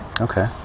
Okay